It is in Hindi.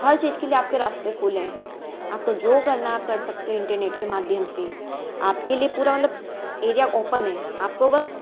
हर चीज़ के लिए आपके रास्ते खुले हैं आपको जो करना है आप कर सकते हो इंटरनेट के माध्यम से आपके लिए पूरा मतलब एरिया ओपन है आपको बस